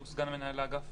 סגן מנהל האגף